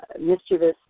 mischievous